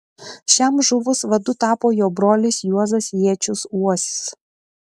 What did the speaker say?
šiam žuvus vadu tapo jo brolis juozas jėčius uosis